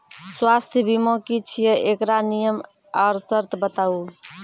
स्वास्थ्य बीमा की छियै? एकरऽ नियम आर सर्त बताऊ?